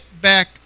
back